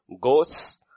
goes